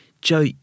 Joe